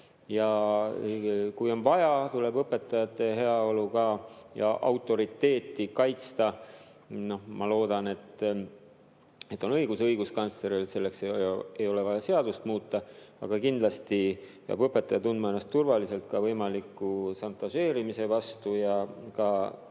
Ja kui on vaja, tuleb õpetajate heaolu ja autoriteeti kaitsta. Ma loodan, et on õigus õiguskantsleril, et selleks ei ole vaja seadust muuta, aga kindlasti peab õpetaja tundma ennast turvaliselt ka võimaliku šantažeerimise vastu ja ka